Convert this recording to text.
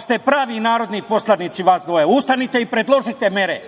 ste pravi narodni poslanici vas dvoje, ustanite i predložite mere.